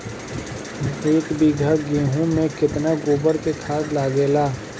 एक बीगहा गेहूं में केतना गोबर के खाद लागेला?